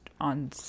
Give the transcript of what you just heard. on